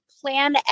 plan